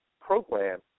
program